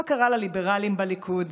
מה קרה לליברלים בליכוד,